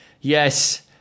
yes